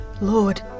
Lord